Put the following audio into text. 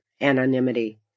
anonymity